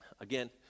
Again